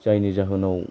जायनि जाहोनाव